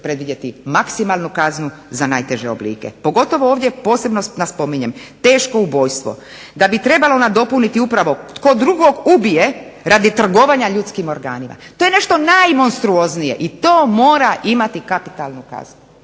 predvidjeti maksimalnu kaznu za najteže oblike pogotovo ovdje posebno spominjem teško ubojstvo da bi trebalo nadopuniti upravo tko drugog ubije radi trgovanja ljudskim organima. To je nešto najmonstruoznije i to mora imati kakvu takvu